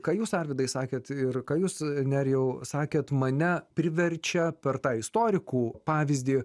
ką jūs arvydai sakėt ir ką jūs nerijau sakėt mane priverčia per tą istorikų pavyzdį